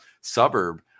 suburb